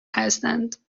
هستند